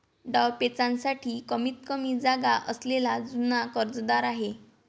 डावपेचांसाठी कमीतकमी जागा असलेला जुना कर्जदार आहे